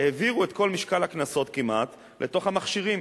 העבירו את כל משקל הקנסות כמעט לתוך המכשירים.